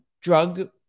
drug